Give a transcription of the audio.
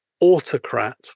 autocrat